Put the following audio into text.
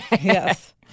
Yes